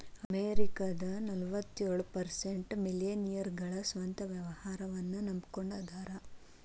ಅಮೆರಿಕದ ನಲವತ್ಯೊಳ ಪರ್ಸೆಂಟ್ ಮಿಲೇನಿಯಲ್ಗಳ ಸ್ವಂತ ವ್ಯವಹಾರನ್ನ ನಂಬಕೊಂಡ ಅದಾರ